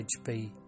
HB